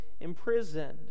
imprisoned